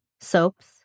soaps